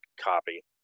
copy